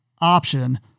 option